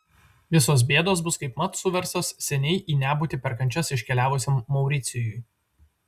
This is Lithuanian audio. visos bėdos bus kaipmat suverstos seniai į nebūtį per kančias iškeliavusiam mauricijui